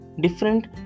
different